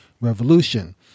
Revolution